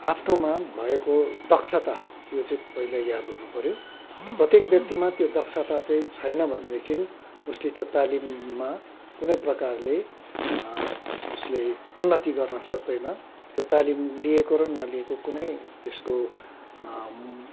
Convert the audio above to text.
आफ्नोमा भएको दक्षता त्यो चाहिँ पहिला याद हुनु पऱ्यो र प्रत्येक व्यक्तिमा त्यो दक्षता चाहिँ छैन भनेदेखिन् उसले त्यो तालिममा कुनै प्रकारले उसले उन्नति गर्न सक्दैन त्यो तालिम लिएको र नलिएको कुनै त्यसको